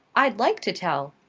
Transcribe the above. i'd like to tell!